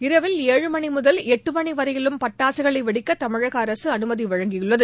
இரவில் ஏழு மணி முதல் எட்டு மணி வரையிலும் பட்டாககளை வெடிக்க தமிழக அரசு அமைதித்துள்ளது